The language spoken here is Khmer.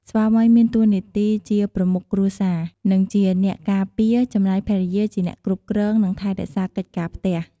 ស្វាមីមានតួនាទីជាប្រមុខគ្រួសារ និងជាអ្នកការពារ ចំណែកភរិយាជាអ្នកគ្រប់គ្រង និងថែរក្សាកិច្ចការផ្ទះ។